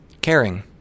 Caring